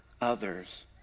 others